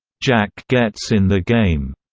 jack gets in the game,